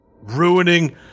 Ruining